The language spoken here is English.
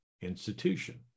institution